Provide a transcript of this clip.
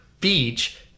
beach